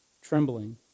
Trembling